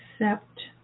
accept